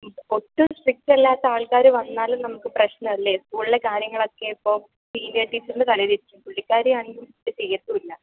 ഇത് ഒട്ടും സ്ട്രിക്റ്റ് അല്ലാത്ത ആള്ക്കാർ വന്നാലും നമുക്ക് പ്രശ്നമല്ലേ സ്കൂളിലെ കാര്യങ്ങളൊക്കെ ഇപ്പോൾ സീനിയര് ടീച്ചറിന്റെ തലയിലിരിക്കും പുള്ളിക്കാരിയാണെങ്കിലും ഒട്ടും ചെയ്യത്തും ഇല്ല